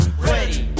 Ready